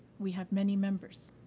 we have many members.